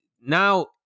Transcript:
Now